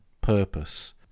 purpose